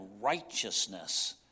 righteousness